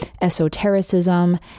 esotericism